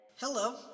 Hello